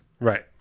Right